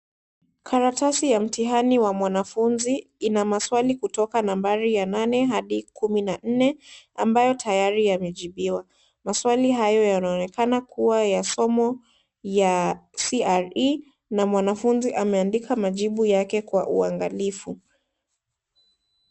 Karatasi ya mtihani wa mwanafunzi ina maswali kutoka nambari ya nane hadi kumina nne, ambayo tayari ya mejibiwa. Maswali hayo yanaonekana kuwa ya somo ya CRE na mwanafunzi ameandika majibu yake kwa uangalifu.